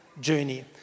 journey